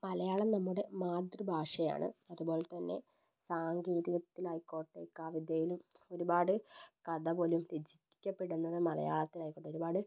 മലയാളം നമ്മുടെ മാതൃഭാഷയാണ് അതുപോലെതന്നെ സാങ്കേതികത്തിലായിക്കോട്ടെ കവിതയിലും ഒരുപാട് കഥ പോലും രചിക്കപ്പെടുന്നത് മലയാളത്തിലായിരിക്കും ഒരുപാട്